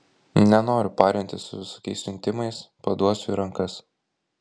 nenoriu parintis su visokiais siuntimais paduosiu į rankas